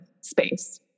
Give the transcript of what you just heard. space